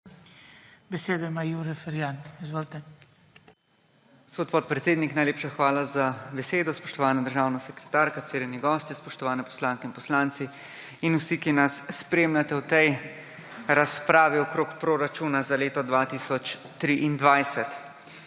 FERJAN (PS SDS): Gospod podpredsednik, najlepša hvala za besedo. Spoštovana državna sekretarka, cenjeni gostje, spoštovane poslanke in poslanci in vsi, ki nas spremljate v tej razpravi okoli proračuna za leto 2023!